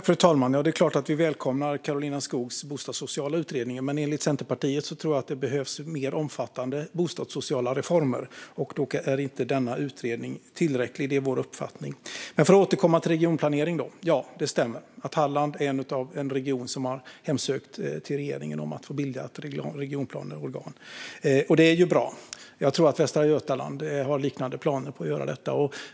Fru talman! Det är klart att vi välkomnar Karolina Skogs bostadssociala utredning. Men enligt Centerpartiet behövs det mer omfattande bostadssociala reformer, och då är inte denna utredning tillräcklig. Det är vår uppfattning. För att återgå till regionplanering: Ja, det stämmer att Halland är en region som har hemställt till regeringen om att få bilda ett regionplaneorgan. Det är bra. Jag tror att Västra Götaland har liknande planer.